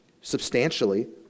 substantially